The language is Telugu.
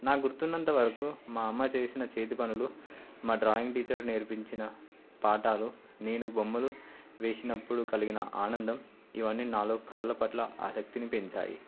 నా గుర్తున్నంత వరకు మా అమ్మ చేసిన చేతి పనులు మా డ్రాయింగ్ టీచర్ నేర్పించిన పాఠాలు నేను బొమ్మలు వేసినప్పుడు కలిగిన ఆనందం ఇవన్నీ నాలో కలల పట్ల ఆసక్తిని పెంచాయి